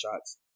shots